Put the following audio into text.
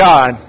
God